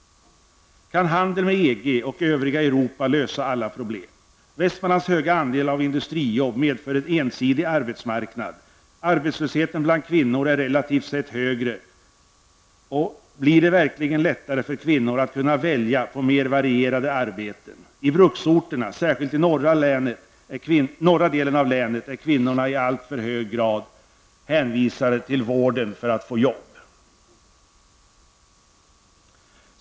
Kan handel med EG och övriga Europa lösa alla problem? Västmanlands höga andel av industrijobb medför en ensidig arbetsmarknad. Arbetslösheten bland kvinnor är relativt sett hög. Arbetslösheten bland kvinnor är relativt sett hög. Blir det verkligen lättare för kvinnor att kunna välja mer varierade arbeten? I bruksorterna, särskilt i norra delen av länet, är kvinnorna i alltför hög grad hänvisade till vården för att få jobb.